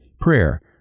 prayer